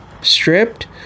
stripped